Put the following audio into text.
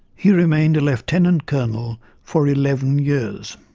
he remained a lieutenant colonel for eleven years.